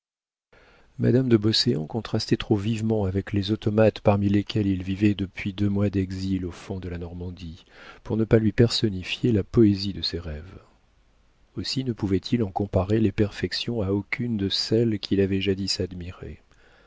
madame de beauséant contrastait trop vivement avec les automates parmi lesquels il vivait depuis deux mois d'exil au fond de la normandie pour ne pas lui personnifier la poésie de ses rêves aussi ne pouvait-il en comparer les perfections à aucune de celles qu'il avait jadis admirées